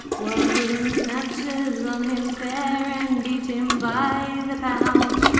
while puddin'-snatchers on him fare, and eat him by the pound.